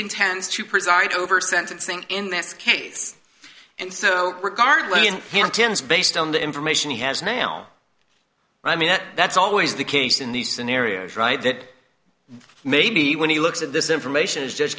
intends to preside over sentencing in this case and so regardless cantons based on the information he has now i mean that that's always the case in these scenarios right that maybe when he looks at this information is just